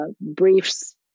briefs